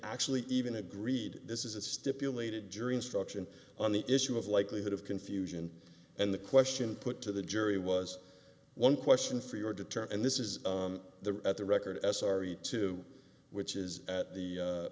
actually even agreed this is a stipulated jury instruction on the issue of likelihood of confusion and the question put to the jury was one question for your determine and this is the at the record s r e two which is at the